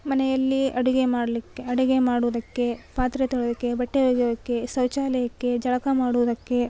ಮನೆಯಲ್ಲಿ ಅಡುಗೆ ಮಾಡಲಿಕ್ಕೆ ಅಡುಗೆ ಮಾಡೋದಕ್ಕೆ ಪಾತ್ರೆ ತೊಳೆಯೋಕೆ ಬಟ್ಟೆ ಒಗೆಯೋಕೆ ಶೌಚಾಲಯಕ್ಕೆ ಜಳಕ ಮಾಡೋದಕ್ಕೆ